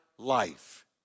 life